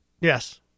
Yes